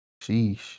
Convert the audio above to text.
Sheesh